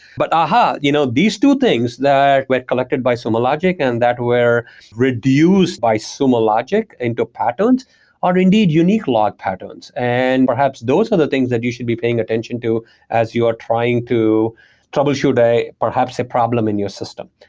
but, aha! you know these two things that were recollected by sumo logic and that were reduced by sumo logic into patterns are indeed unique log patterns, and perhaps those are the things that you should be paying attention to as you are trying to troubleshoot perhaps a problem in your system.